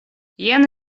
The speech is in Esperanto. jen